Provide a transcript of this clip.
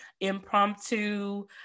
impromptu